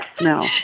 no